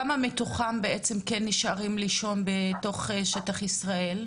כמה מתוכם כן נשארים לישון בשטח ישראל?